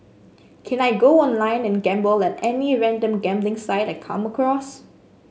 can I go online and gamble at any random gambling site I come across